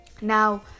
now